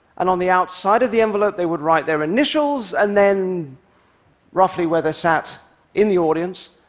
and on the outside of the envelope they would write their initials and then roughly where they sat in the audience.